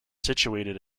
situated